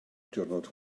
diwrnod